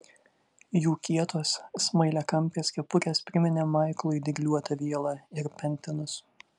jų kietos smailiakampės kepurės priminė maiklui dygliuotą vielą ir pentinus